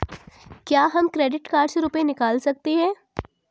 क्या हम credit card से रुपये निकाल सकते हैं?